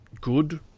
good